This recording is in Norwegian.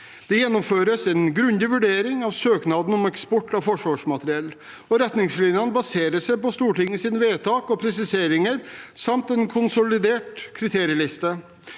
Det gjennomføres en grundig vurdering av søknader om eksport av forsvarsmateriell, og retningslinjene baseres på Stortingets vedtak og presiseringer samt en konsolidert kriterieliste.